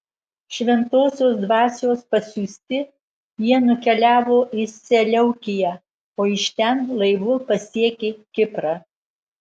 šventosios dvasios pasiųsti jie nukeliavo į seleukiją o iš ten laivu pasiekė kiprą